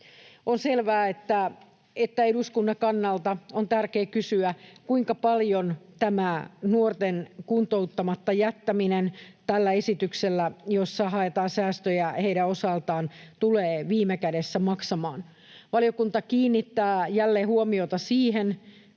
On selvää, että eduskunnan kannalta on tärkeää kysyä, kuinka paljon tämä nuorten kuntouttamatta jättäminen tällä esityksellä, jolla haetaan säästöjä heidän osaltaan, tulee viime kädessä maksamaan. Valiokunta kiinnittää jälleen huomiota siihen,